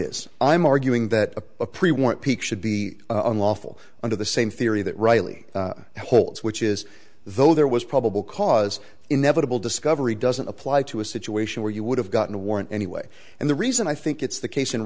is i'm arguing that the prewar peak should be unlawful under the same theory that riley holds which is though there was probable cause inevitable discovery doesn't apply to a situation where you would have gotten a warrant anyway and the reason i think it's the case in